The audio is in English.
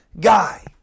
guy